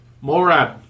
Morad